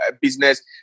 business